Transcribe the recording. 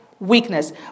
Weakness